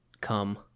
come